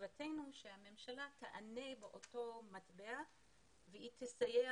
תקוותנו שהממשלה תענה באותו מטבע והיא תסייע